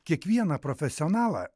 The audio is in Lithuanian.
kiekvieną profesionalą